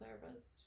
therapist